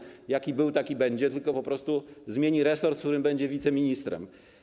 Pełnomocnik, jaki był, taki będzie, tylko po prostu zmieni resort, w którym będzie wiceministrem.